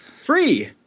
Free